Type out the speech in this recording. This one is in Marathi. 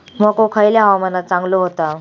मको खयल्या हवामानात चांगलो होता?